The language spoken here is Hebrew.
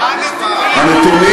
מה הנתונים?